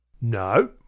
No